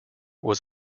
was